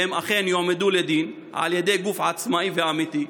והם אכן יועמדו לדין על ידי גוף עצמאי ואמיתי,